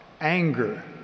anger